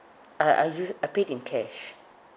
I I usual~ I paid in cash